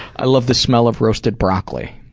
i love the smell of roasted broccoli.